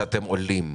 שאתם עולים.